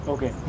Okay